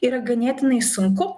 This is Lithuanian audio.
yra ganėtinai sunku